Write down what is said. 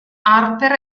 harper